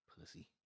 pussy